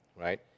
right